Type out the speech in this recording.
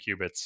qubits